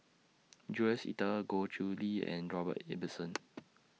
Jules Itier Goh Chiew Lye and Robert Ibbetson